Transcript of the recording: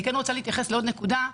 אני רוצה להתייחס לעוד נקודה,